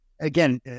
again